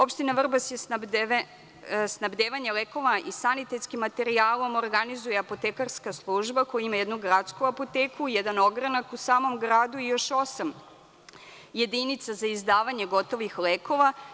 Opština Vrbas snabdevanja lekova i sanitetskim materijalom organizuje apotekarska služba koji ima jednu gradsku apoteku, jedan ogranak u samom gradu i još osam jedinica za izdavanje gotovih lekova.